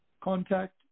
contact